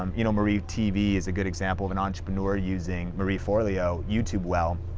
um you know marie tv is a good example of an entrepreneur using marie forleo, youtube well.